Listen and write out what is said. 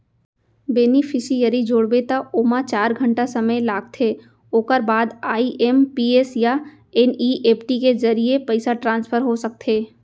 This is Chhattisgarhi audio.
बेनिफिसियरी जोड़बे त ओमा चार घंटा समे लागथे ओकर बाद आइ.एम.पी.एस या एन.इ.एफ.टी के जरिए पइसा ट्रांसफर हो सकथे